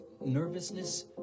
nervousness